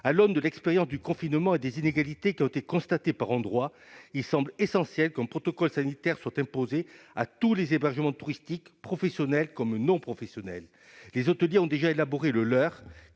À l'aune de l'expérience du confinement et des inégalités constatées par endroits, il apparaît essentiel qu'un protocole sanitaire soit imposé à tous les hébergements touristiques, professionnels comme non professionnels. Les hôteliers ont déjà élaboré le leur,